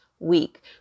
week